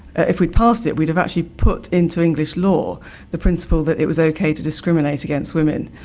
if we'd passed it we'd have actually put into english law the principle that it was okay to discriminate against women.